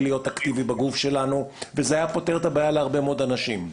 להיות אקטיבי בגוף שלנו וזה היה פותר את הבעיה להרבה מאוד אנשים.